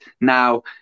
now